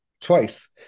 twice